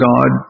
God